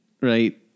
right